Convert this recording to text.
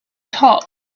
top